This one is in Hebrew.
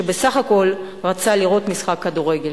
שבסך הכול רצה לראות משחק כדורגל.